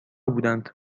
بودند